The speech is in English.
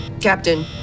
Captain